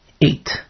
eight